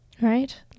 right